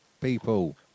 people